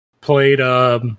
played